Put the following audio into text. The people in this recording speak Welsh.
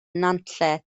nantlle